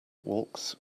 walks